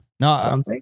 No